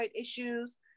issues